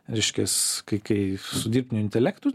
reiškias kai kai su dirbtiniu intelektu